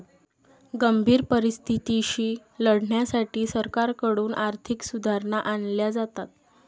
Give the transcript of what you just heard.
गंभीर परिस्थितीशी लढण्यासाठी सरकारकडून आर्थिक सुधारणा आणल्या जातात